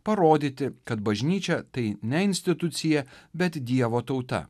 parodyti kad bažnyčia tai ne institucija bet dievo tauta